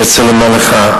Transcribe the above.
אני רוצה לומר לך,